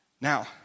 Now